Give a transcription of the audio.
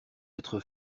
être